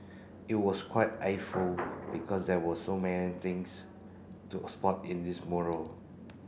it was quite eyeful because there were so many things to spot in this mural